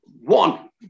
One